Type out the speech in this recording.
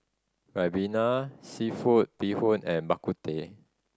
Ribena seafood bee hoon and Bak Kut Teh